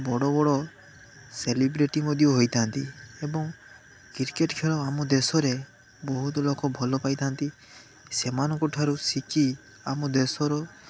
ବଡ଼ ବଡ଼ ସେଲିବ୍ରିଟି ମଧ୍ୟ ହୋଇଥାଆନ୍ତି ଏବଂ କ୍ରିକେଟ ଖେଳ ଆମ ଦେଶରେ ବହୁତ ଲୋକ ଭଲ ପାଇଥାଆନ୍ତି ସେମାନଙ୍କ ଠାରୁ ଶିଖି ଆମ ଦେଶର